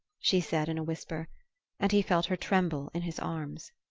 she said in a whisper and he felt her tremble in his arms.